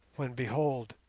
when behold!